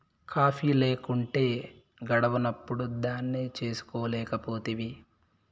coffee లేకుంటే గడవనప్పుడు దాన్నే చేసుకోలేకపోతివి